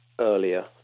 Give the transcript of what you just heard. earlier